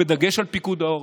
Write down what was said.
בדגש על פיקוד העורף,